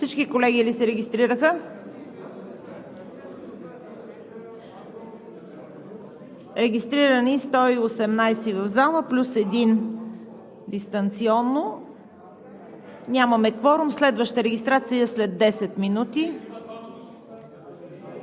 Всички колеги ли се регистрираха? Регистрирани 118 в залата плюс 1 онлайн – 119. Нямаме кворум. Следваща регистрация – след 10 минути.